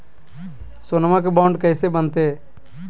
सोनमा के बॉन्ड कैसे बनते?